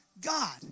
God